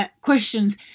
questions